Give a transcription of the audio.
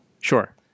Sure